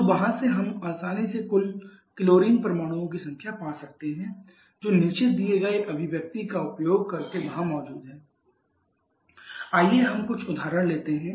तो वहाँ से हम आसानी से कुल क्लोरीन परमाणुओं की संख्या पा सकते हैं जो नीचे दिए गए अभिव्यक्ति का उपयोग करके वहां मौजूद हैं Cl की संख्या 2 x1 2 - y − 1 - z आइए हम कुछ उदाहरण लेते हैं